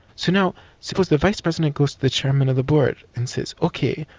so now suppose the vice president goes to the chairman of the board and says, ok,